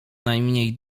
najmniej